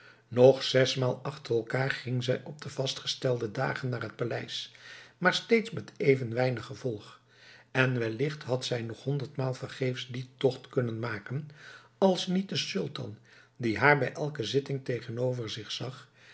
nog zesmaal achter elkaar ging zij op de vastgestelde dagen naar het paleis maar steeds met even weinig gevolg en wellicht had zij nog honderdmaal vergeefs dien tocht kunnen maken als niet de sultan die haar bij elke zitting tegenover zich zag